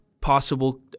possible